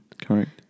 Correct